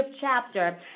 chapter